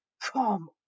Come